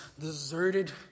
deserted